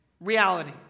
reality